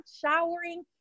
showering